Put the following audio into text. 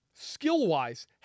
Skill-wise